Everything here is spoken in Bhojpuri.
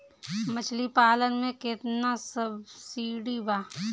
मछली पालन मे केतना सबसिडी बा?